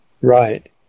Right